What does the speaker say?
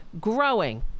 growing